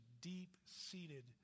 deep-seated